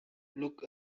look